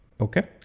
Okay